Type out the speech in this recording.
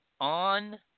on